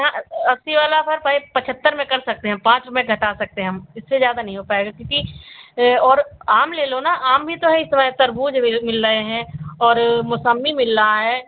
हाँ अस्सी वाला फिर पैक पचहत्तर में कर सकते हैं पाँच रुपये घटा सकते हम इससे ज्यादा नहीं हो पाएगा क्योंकि और आम ले लो न आम भी तो है इस समय तरबूज भी मिल रहे हैं और मौसम्बी मिल रहा है